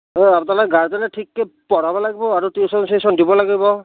অ আপনালোক গাৰ্জেণে ঠিককৈ পঢ়াব লাগিব আৰু টিউশ্যন চিউশ্যন দিব লাগিব